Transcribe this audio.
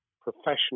professional